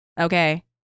Okay